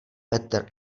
petr